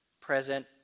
present